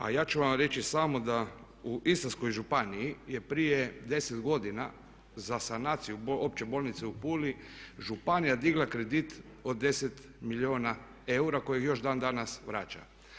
A ja ću vam reći samo da u Istarskoj županiji je prije 10 godina za sanaciju Opće bolnice u Puli županija digla kredit od 10 milijuna eura kojeg još dan danas vraća.